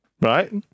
Right